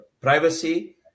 Privacy